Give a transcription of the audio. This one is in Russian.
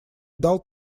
дал